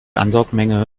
ansaugmenge